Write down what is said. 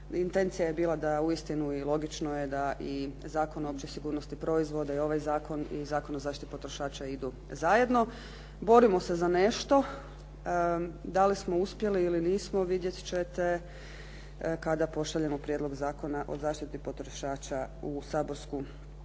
Intencija je bila da uistinu i logično je da i Zakon o općoj sigurnosti proizvoda i ovaj zakon i Zakon o zaštiti potrošača idu zajedno. Borimo se za nešto. Da li smo uspjeli ili nismo vidjet ćete kada pošaljemo Prijedlog zakona o zaštiti potrošača u saborsku proceduru.